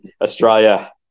Australia